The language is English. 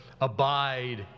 Abide